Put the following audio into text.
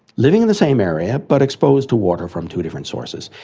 living in the same area, but exposed to water from two different sources.